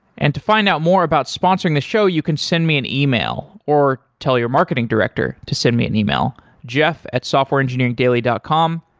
and to find out more about sponsoring the show, you can send me an yeah e-mail or tell your marketing director to send me an e-mail jeff at softwareengineeringdaily dot com.